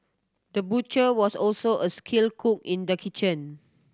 the butcher was also a skilled cook in the kitchen